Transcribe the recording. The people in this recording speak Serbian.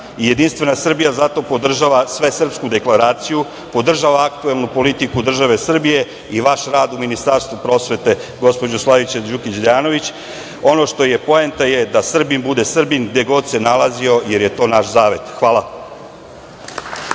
nas. Jedinstvena Srbija zato podržava Svesrpsku deklaraciju, podržava aktuelnu politiku države Srbije i vaš rad u Ministarstvu prosvete, gospođo Slavice Đukić Dejanović. Ono što je poenta je da Srbin bude Srbin gde god se nalazio, jer je to naš zavet. Hvala.